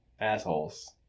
assholes